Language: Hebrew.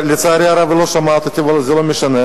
לצערי הרב היא לא שומעת אותי, וזה לא משנה.